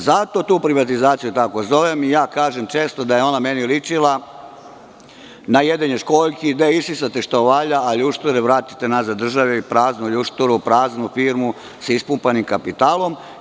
Zato tu privatizaciju tako zovem i ja kažem često da je ona meni ličila na jedenje školjki, gde isisate što valja, a ljušture vratite nazad državi, praznu ljušturu, praznu firmu sa ispumpanim kapitalom.